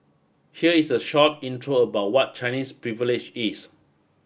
here is a short intro about what Chinese Privilege is